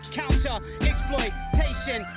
counter-exploitation